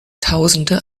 tausende